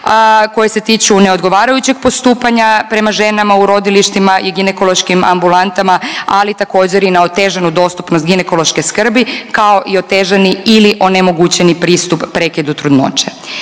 koje se tiču neodgovarajućeg postupanja prema ženama u rodilištima i ginekološkim ambulantama, ali također i na otežanu dostupnost ginekološke skrbi kao i otežani ili onemogućeni pristup prekidu trudnoće.